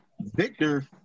Victor